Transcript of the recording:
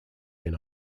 been